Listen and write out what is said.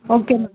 okay ma'am